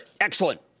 Excellent